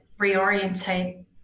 reorientate